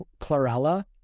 chlorella